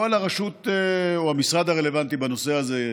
או על הרשות או המשרד הרלוונטי בנושא הזה,